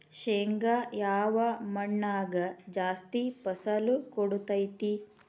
ಶೇಂಗಾ ಯಾವ ಮಣ್ಣಾಗ ಜಾಸ್ತಿ ಫಸಲು ಕೊಡುತೈತಿ?